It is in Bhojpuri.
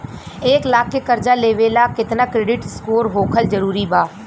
एक लाख के कर्जा लेवेला केतना क्रेडिट स्कोर होखल् जरूरी बा?